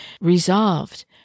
resolved